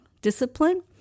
discipline